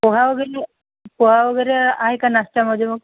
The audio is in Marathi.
पोहा वगैरे पोहा वगैरे आहे का नाश्त्यामध्ये मग